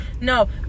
no